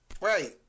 Right